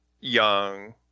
young